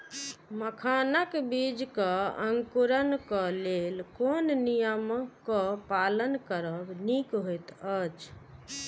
मखानक बीज़ क अंकुरन क लेल कोन नियम क पालन करब निक होयत अछि?